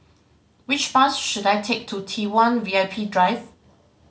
which bus should I take to T One V I P Drive